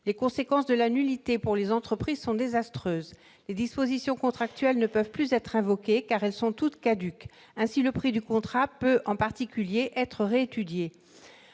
Les conséquences pour les entreprises sont désastreuses : les dispositions contractuelles ne peuvent plus être invoquées, car elles sont toutes caduques. Ainsi, le prix du contrat peut, en particulier, être réétudié.